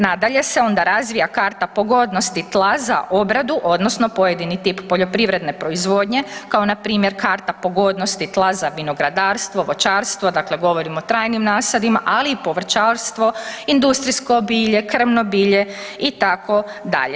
Nadalje, se onda razvija karta pogodnosti tla za obradu odnosno pojedini tip poljoprivredne proizvodnje kao npr. karta pogodnosti tla za vinogradarstvo, voćarstvo, dakle govorim o trajnim nasadima, ali i povrćarstvo, industrijsko bilje, krmno bilje itd.